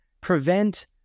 prevent